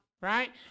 right